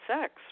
sex